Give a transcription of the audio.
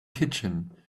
kitchen